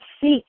seek